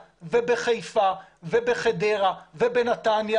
בחיפה, בחדרה, בנתניה